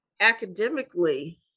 academically